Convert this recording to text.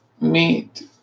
meet